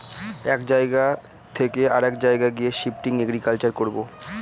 এক জায়গা থকে অরেক জায়গায় গিয়ে শিফটিং এগ্রিকালচার করবো